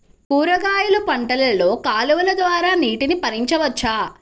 కూరగాయలు పంటలలో కాలువలు ద్వారా నీటిని పరించవచ్చా?